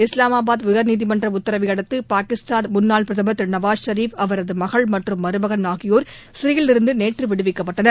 இஸ்லாமாபாத் உயர்நீதிமன்ற உத்தரவையடுத்து பாகிஸ்தான் முன்னாள் பிரதம் திரு நவாஸ் ஷெரிப் அவரது மகள் மற்றும் மருமகன் ஆகியோர் சிறையிலிருந்து நேற்று விடுவிக்கப்பட்டனர்